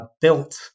built